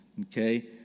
Okay